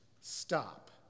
stop